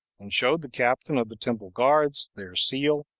and showed the captain of the temple guards their seal,